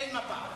אין מפה.